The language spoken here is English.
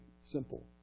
simple